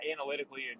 analytically